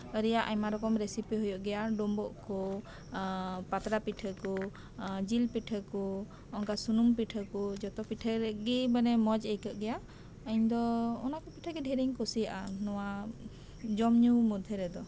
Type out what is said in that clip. ᱨᱮᱭᱟᱜ ᱟᱭᱢᱟ ᱨᱚᱠᱚᱢ ᱨᱮᱥᱤᱯᱤ ᱦᱩᱭᱩᱜ ᱜᱮᱭᱟ ᱰᱩᱢᱵᱩᱜ ᱠᱚ ᱯᱟᱛᱲᱟ ᱯᱤᱴᱷᱟᱹ ᱠᱚ ᱡᱤᱞ ᱯᱤᱴᱷᱟᱹ ᱠᱚ ᱚᱱᱠᱟ ᱥᱩᱱᱩᱢ ᱯᱤᱴᱷᱟᱹ ᱠᱚ ᱡᱚᱛᱚ ᱯᱤᱴᱷᱟᱹ ᱨᱮᱜᱮ ᱢᱚᱸᱡ ᱟᱹᱭᱠᱟᱹᱜ ᱜᱮᱭᱟ ᱤᱧ ᱫᱚ ᱚᱱᱟ ᱠᱚ ᱯᱤᱴᱷᱟᱹᱜᱮ ᱤᱧ ᱰᱷᱮᱨ ᱤᱧ ᱠᱩᱥᱤᱭᱟᱜᱼᱟ ᱡᱚᱢ ᱧᱩ ᱢᱚᱫᱽᱫᱷᱮ ᱨᱮᱫᱚ